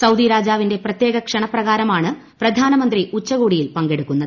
Saudi രാജാവിന്റെ പ്രത്യേക ക്ഷണപ്രകാരമാണ് പ്രധാനമന്ത്രി ഉച്ചകോടിയിൽ പങ്കെടുക്കുന്നത്